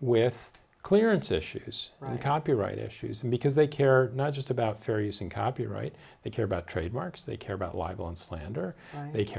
with clearance issues and copyright issues because they care not just about fairies and copyright they care about trademarks they care about libel and slander they care